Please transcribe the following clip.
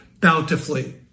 bountifully